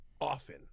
often